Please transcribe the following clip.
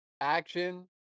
action